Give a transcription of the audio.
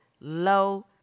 low